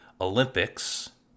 Olympics